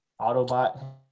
Autobot